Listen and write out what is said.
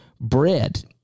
Bread